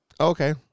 Okay